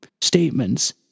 statements